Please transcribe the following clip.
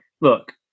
look